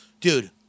dude